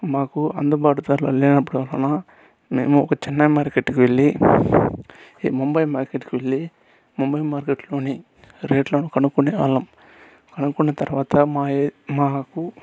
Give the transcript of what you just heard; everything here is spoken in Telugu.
మాకు అందుబాటు ధరలో లేనప్పుడు మేము ఒక చిన్న మార్కెట్కి వెళ్లి ఈ ముంబై మార్కెట్కి వెళ్లి ముంబై మార్కెట్లోని రేట్లను కనుక్కొనే వాళ్ళం కనుక్కున్న తర్వాత